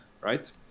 right